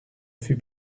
fut